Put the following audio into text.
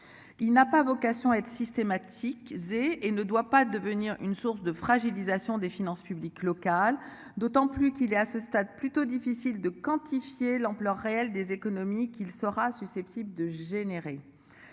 Il n'a pas vocation à être systématique Zé et ne doit pas devenir une source de fragilisation des finances publiques locales d'autant plus qu'il est à ce stade plutôt difficile de quantifier l'ampleur réelle des économies qu'il saura susceptible de générer.